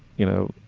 you know,